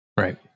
Right